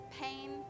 pain